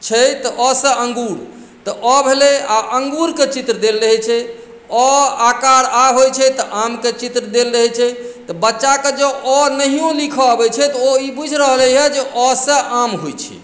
छै तऽ अ सऽ अंगूर तऽ अ भेलै आ अंगूर के चित्र देल रहै छै अ आ कार आम होइ छै तऽ आम के चित्र देल रहै छै तऽ बच्चा के जॅं अ नहियो लिखऽ अबै छै तऽ ओ ई बुझि रहलैया जे अ सऽ आम होइ छै